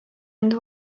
end